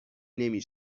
نمی